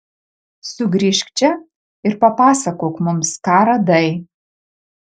sugrįžk čia ir papasakok mums ką radai